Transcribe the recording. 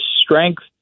strength